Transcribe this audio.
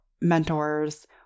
mentors